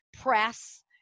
press